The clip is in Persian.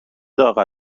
داغ